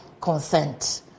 consent